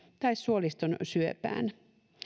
tai suoliston syöpään